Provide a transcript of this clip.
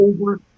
over